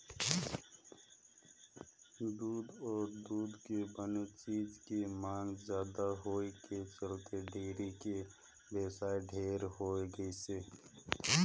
दूद अउ दूद के बने चीज के मांग जादा होए के चलते डेयरी के बेवसाय ढेरे होय गइसे